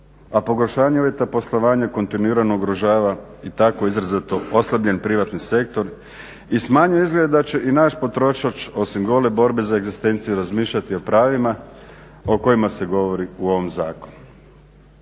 a pogoršanje uvjeta poslovanja kontinuirano ugrožava i tako izrazito oslabljen privatni sektor i smanjuje izglede da će i naš potrošač osim gole borbe za egzistenciju razmišljati o pravima o kojima se govori u ovom zakonu.